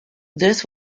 this